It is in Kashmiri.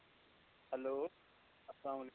ہیلو اَلسلام